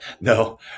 No